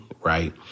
right